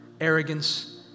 arrogance